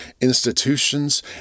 institutions